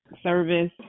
service